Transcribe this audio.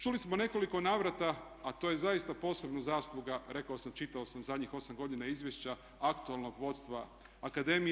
Čuli smo u nekoliko navrata, a to je zaista posebna zasluga rekao sam, čitao sam zadnjih 8 godina izvješća aktualnog vodstva akademije.